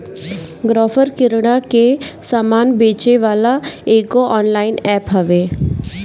Grofer किरणा के सामान बेचेवाला एगो ऑनलाइन एप्प हवे